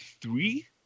three